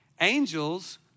Angels